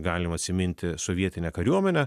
galim atsiminti sovietinę kariuomenę